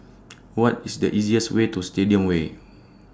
What IS The easiest Way to Stadium Way